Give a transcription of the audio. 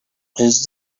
راس